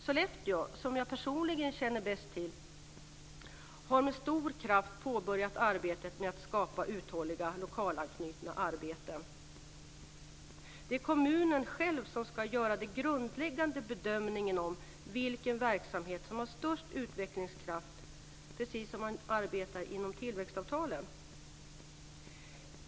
Sollefteå som jag personligen känner bäst till har med stor kraft påbörjat arbetet med att skapa uthålliga lokalanknytna arbeten. Det är kommunen själv som ska göra den grundläggande bedömningen av vilken verksamhet som har störst utvecklingskraft - precis på det sätt som arbetar med tillväxtavtalen.